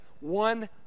one